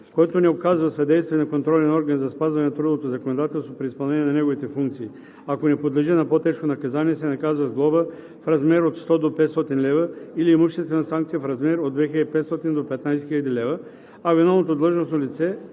Който не оказва съдействие на контролен орган за спазване на трудовото законодателство при изпълнение на неговите функции, ако не подлежи на по-тежко наказание, се наказва с глоба в размер от 100 до 500 лв. или имуществена санкция в размер от 2500 до 15 000 лева, а виновното длъжностно лице,